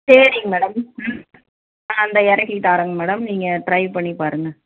சேரிங்க மேடம் ம் ஆ இந்தா இறக்கி தாரேங்க மேடம் நீங்கள் ட்ரைவ் பண்ணி பாருங்கள்